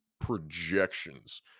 projections